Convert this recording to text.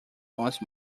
once